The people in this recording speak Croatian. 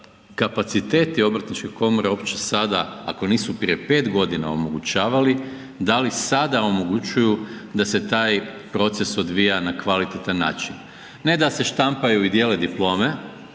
kapaciteti obrtničke komore uopće sada, ako nisu prije 5 godina omogućavali, da li sada omogućuju da se taj proces odvija na kvalitetan način. Ne da se štampaju i dijele diplome